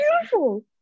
beautiful